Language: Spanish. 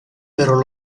pero